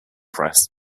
press